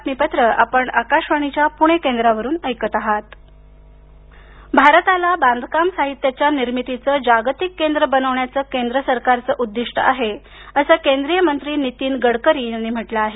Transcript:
गडकरी भारताला बांधकाम साहित्याच्या निर्मितीचं जागतिक केंद्र बनवण्याच केंद्र सरकारचं उद्दिष्ट आहे अस केंद्रीय मंत्री नितीन गडकरी यांनी म्हटलं आहे